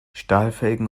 stahlfelgen